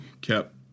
kept